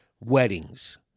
weddings